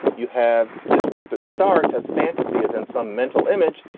you have this word that starts as fantasy as in some mental image.